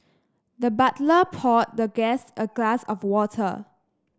the butler poured the guest a glass of water